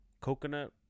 coconut